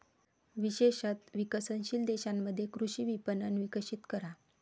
विशेषत विकसनशील देशांमध्ये कृषी विपणन विकसित करा